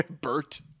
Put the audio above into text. Bert